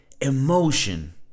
emotion